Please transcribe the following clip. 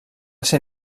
ser